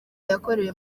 yakorewe